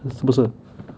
是不是